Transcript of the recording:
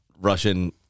Russian